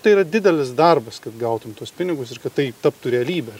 tai yra didelis darbas kad gautum tuos pinigus ir kad tai taptų realybe